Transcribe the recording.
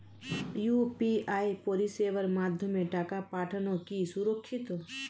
UPI পরিষেবার মাধ্যমে টাকা পাঠানো কি সুরক্ষিত?